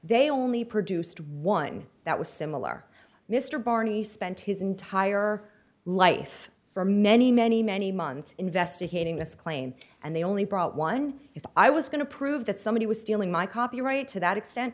they only produced one that was similar mr barney spent his entire life for many many many months investigating this claim and they only brought one if i was going to prove that somebody was stealing my copyright to that extent